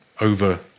over